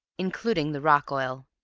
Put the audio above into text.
including the rock-oil.